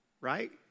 right